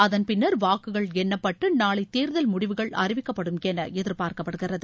அதன்பின்னர் வாக்குகள் எண்ணப்பட்டு நாளை தேர்தல் முடிவுகள் அறிவிக்கப்படும் என எதிர்பார்க்கப்படுகிறது